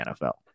nfl